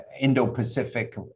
Indo-Pacific